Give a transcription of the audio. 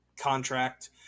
contract